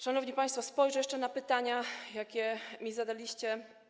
Szanowni państwo, spojrzę jeszcze na pytania, jakie mi zadaliście.